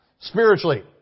spiritually